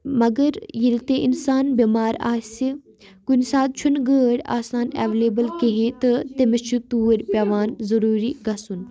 مگر ییٚلہِ تہِ اِنسان بٮ۪مار آسہِ کُنہِ ساتہٕ چھُنہٕ گٲڑۍ آسان ایویلیبٕل کِہیٖنۍ تہٕ تٔمِس چھُ توٗرۍ پٮ۪وان ضٔروٗری گژھُن